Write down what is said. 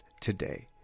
today